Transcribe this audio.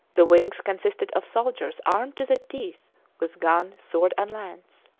the wings consisted of soldiers armed to the teeth with gun, sword, and lance.